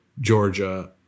Georgia